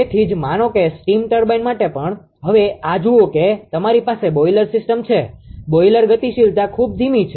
તેથી જ માનો કે સ્ટીમ ટર્બાઇન માટે પણ હવે આ જુઓ કે તમારી પાસે બોઈલર સિસ્ટમ છે બોઈલર ગતિશીલતા ખૂબ ધીમી છે